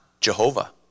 Jehovah